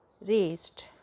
raised